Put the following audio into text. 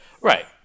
Right